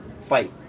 fight